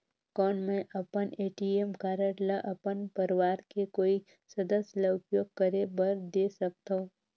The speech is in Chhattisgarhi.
कौन मैं अपन ए.टी.एम कारड ल अपन परवार के कोई सदस्य ल उपयोग करे बर दे सकथव?